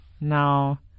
now